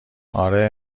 اره